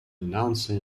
announcer